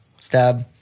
stab